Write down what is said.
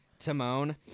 Timon